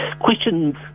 Questions